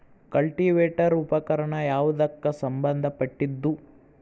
Cultivator ಉಪಕರಣ ಯಾವದಕ್ಕ ಸಂಬಂಧ ಪಟ್ಟಿದ್ದು?